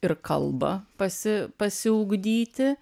ir kalba pasi pasiūgdyti